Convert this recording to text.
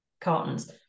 cartons